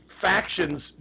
factions